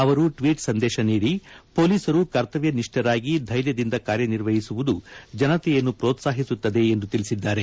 ಅವರು ಟ್ಷೀಟ್ ಸಂದೇಶ ನೀಡಿ ಹೊಲೀಸರು ಕರ್ತವ್ಯ ನಿಷ್ಠರಾಗಿ ಧ್ವೆರ್ಯದಿಂದ ಕಾರ್ಯನಿರ್ವಹಿಸುವುದು ಜನತೆಯನ್ನು ಪ್ರೋತ್ಲಾಹಿಸುತ್ತದೆ ಎಂದು ತಿಳಿಸಿದ್ದಾರೆ